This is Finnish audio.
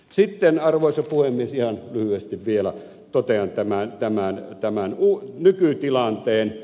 sitten arvoisa puhemies ihan lyhyesti vielä totean tämän nykytilanteen